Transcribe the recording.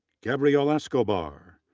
gabriel escobar,